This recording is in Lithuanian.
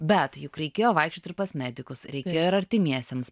bet juk reikėjo vaikščioti ir pas medikus reikia ir artimiesiems